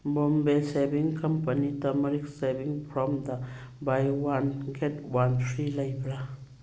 Bombay shaving company turmeric shaving ꯐꯣꯝꯗ buy one get one free ꯂꯩꯕ꯭ꯔꯥ